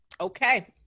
Okay